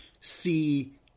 see